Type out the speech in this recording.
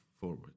forward